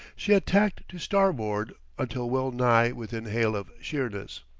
she had tacked to starboard until well-nigh within hail of sheerness.